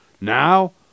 Now